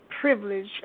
privilege